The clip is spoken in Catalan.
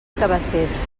cabacés